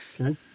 Okay